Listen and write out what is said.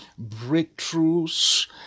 breakthroughs